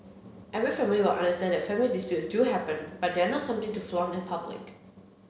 every family will understand that family disputes do happen but they are not something to flaunt in public